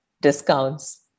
discounts